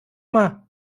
mal